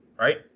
Right